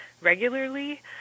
regularly